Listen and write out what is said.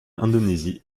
indonésie